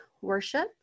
worship